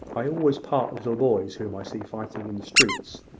i always part little boys whom i see fighting in the streets,